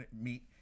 meet